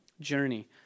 journey